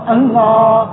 Allah